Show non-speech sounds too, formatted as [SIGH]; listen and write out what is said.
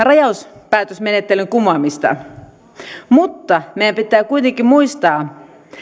[UNINTELLIGIBLE] rajauspäätösmenettelyn kumoamista mutta meidän pitää kuitenkin muistaa